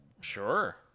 Sure